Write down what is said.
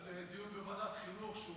להעביר לדיון לוועדת החינוך.